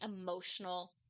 emotional